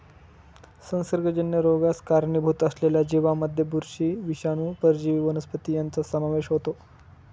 संसर्गजन्य रोगास कारणीभूत असलेल्या जीवांमध्ये बुरशी, विषाणू, परजीवी वनस्पती यांचा समावेश होतो